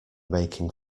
making